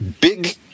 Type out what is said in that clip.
big